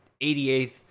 88th